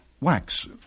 Wax